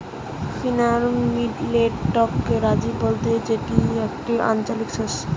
finger মিলেটকে রাজি বলতে যেটি একটি আঞ্চলিক শস্য